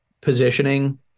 positioning